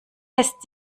lässt